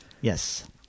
Yes